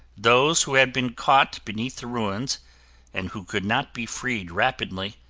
those who had been caught beneath the ruins and who could not be freed rapidly,